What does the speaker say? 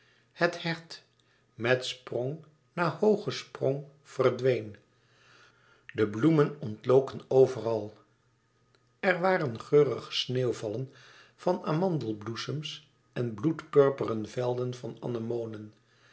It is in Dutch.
het hert met sprong na hoogen sprong verdween de bloemen ontloken overal er waren geurige sneeuwvallen van amandelbloesems en bloedpurperen velden van anemonen